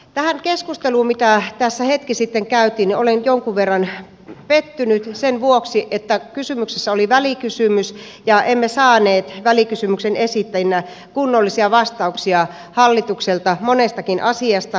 tähän keskusteluun mitä tässä hetki sitten käytiin olen nyt jonkun verran pettynyt sen vuoksi että kysymyksessä oli välikysymys ja emme saaneet välikysymyksen esittäjinä kunnollisia vastauksia hallitukselta monestakaan asiasta